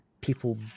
people